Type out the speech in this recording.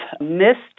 missed